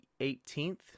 18th